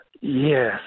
Yes